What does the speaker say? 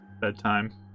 bedtime